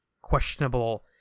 questionable